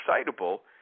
excitable